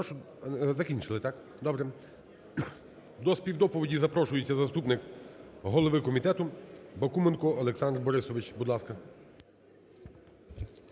До співдоповіді запрошується заступник голови комітету Бакуменко Олександр Борисович.